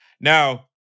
Now